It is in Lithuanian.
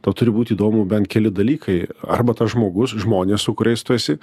tau turi būt įdomu bent keli dalykai arba tas žmogus žmonės su kuriais tu esi